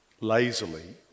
lazily